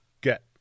get